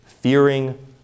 fearing